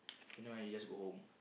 then never mind you just go home